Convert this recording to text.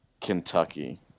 Kentucky